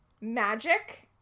magic